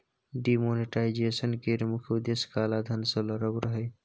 demonetisation केर मुख्य उद्देश्य काला धन सँ लड़ब रहय